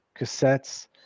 cassettes